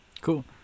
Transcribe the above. Cool